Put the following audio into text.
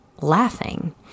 laughing